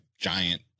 giant